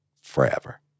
forever